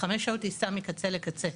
חמש שעות טיסה מקצה לקצה,